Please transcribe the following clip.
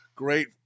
Great